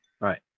Right